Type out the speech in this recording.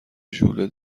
ژوله